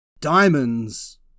Diamonds